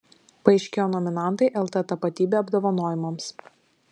paaiškėjo nominantai lt tapatybė apdovanojimams